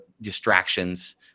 distractions